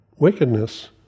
wickedness